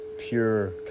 pure